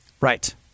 right